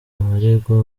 abaregwa